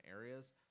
areas